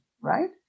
right